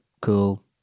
cool